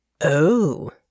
Oh